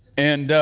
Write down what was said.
and,